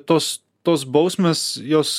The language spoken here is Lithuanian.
tos tos bausmės jos